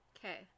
Okay